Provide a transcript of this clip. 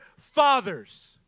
fathers